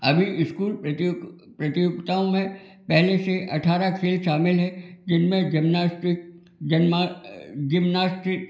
अभी स्कूल प्रतियोगिताओं में पहले से अठारह खेल शामिल है जिनमेन जिमनास्टिक जिमनास्टिक